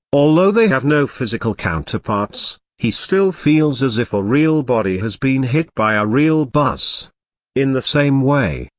although they have no physical counterparts, he still feels as if a real body has been hit by a real bus in the same way,